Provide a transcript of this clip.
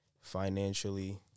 Financially